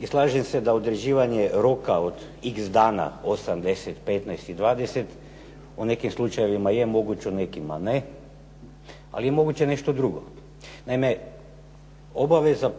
I slažem se da određivanje roka od x dana 80, 15 i 20 u nekim slučajevima je moguće, u nekima ne. Ali je moguće nešto drugo. Naime, obaveza